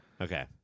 Okay